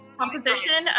composition